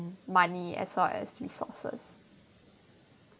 money as long as resources